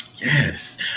Yes